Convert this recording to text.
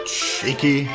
Cheeky